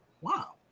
wow